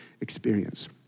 experience